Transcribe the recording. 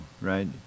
right